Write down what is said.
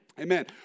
Amen